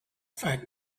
fact